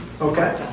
okay